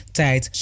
tijd